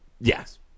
Yes